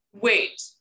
wait